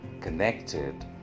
connected